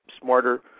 smarter